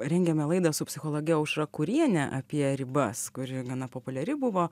rengėme laidą su psichologe aušra kuriene apie ribas kuri gana populiari buvo